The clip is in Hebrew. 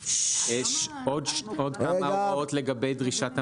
עוד כמה הבהרות לגבי דרישת המידע.